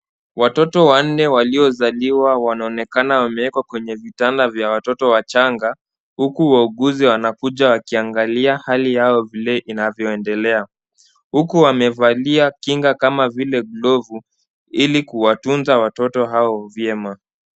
Watoto wanne waliozaliwa wanaonekana wamewekwa kwenye vitanda vya watoto wachanga huku wauguzi wanakuja wakiangalia hali yao vile inavyoendelea huku wamevalia kinga kama vile glavu ili kuwatunza watoto hao vyema.